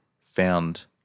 found